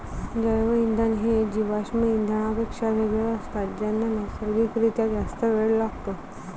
जैवइंधन हे जीवाश्म इंधनांपेक्षा वेगळे असतात ज्यांना नैसर्गिक रित्या जास्त वेळ लागतो